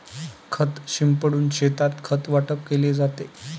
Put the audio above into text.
खत शिंपडून शेतात खत वाटप केले जाते